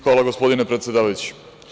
Hvala, gospodine predsedavajući.